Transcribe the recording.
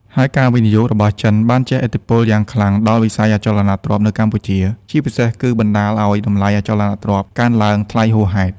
ហើយការវិនិយោគរបស់ចិនបានជះឥទ្ធិពលយ៉ាងខ្លាំងដល់វិស័យអចលនទ្រព្យនៅកម្ពុជា ជាពិសេសគឺបណ្ដាលឲ្យតម្លៃអចលនទ្រព្យកើនឡើងថ្លៃហួសហេតុ។